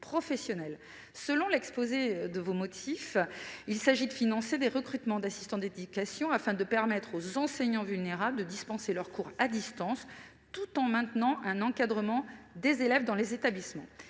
professionnels. Selon l'exposé des motifs, il s'agit de financer des recrutements d'assistants d'éducation « afin de permettre aux enseignants vulnérables de dispenser leurs cours à distance tout en maintenant un encadrement des élèves dans les établissements